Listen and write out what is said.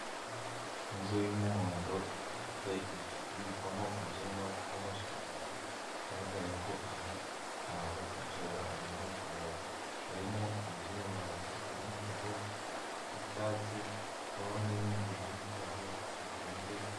Inzu y'umuhondo ibikwamo ibyuma by'amashanyarazi. Bigaragare ko ari aho bakontororera umuriro w'amashanyarazi. Harimo ibyuma biri mu ka box by'icyatsi. Hakabaho n'ibindi biri mu kazu gafunze.